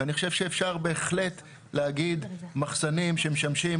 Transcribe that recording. ואני חושב שאפשר באמת להגיד מחסנים שמשמשים